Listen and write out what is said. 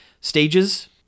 stages